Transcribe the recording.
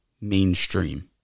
mainstream